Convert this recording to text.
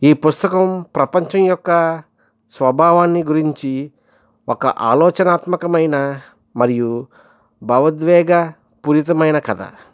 ఈ పుస్తకం ప్రపంచం యొక్క స్వభావాన్ని గురించి ఒక ఆలోచన ఆత్మకమైన మరియు భావ ఉద్వేగ పూరితమైన కథ